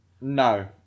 No